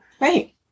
Right